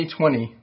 2020